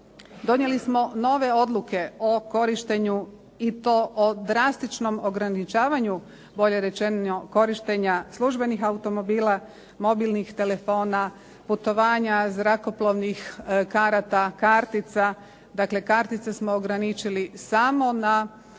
Donijeli smo nove odluke o korištenju i to o drastičnom ograničavanju, bolje rečeno korištenja službenih automobila, mobilnih telefona, putovanja, zrakoplovnih karata, kartica, dakle kartice smo ograničili samo na